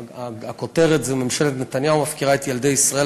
הכותרת היא "ממשלת נתניהו מפקירה את ילדי ישראל